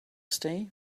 stay